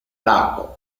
laco